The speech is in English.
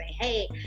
hey